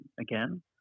again